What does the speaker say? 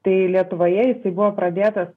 tai lietuvoje jisai buvo pradėtas